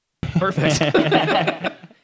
perfect